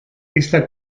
esta